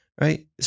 Right